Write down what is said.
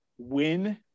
win